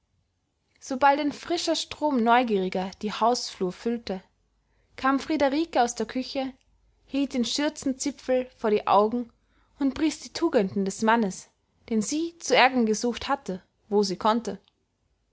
sobald ein frischer strom neugieriger die hausflur füllte kam friederike aus der küche hielt den schürzenzipfel vor die augen und pries die tugenden des mannes den sie zu ärgern gesucht hatte wo sie konnte